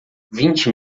vinte